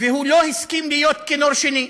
והוא לא הסכים להיות כינור שני.